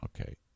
Okay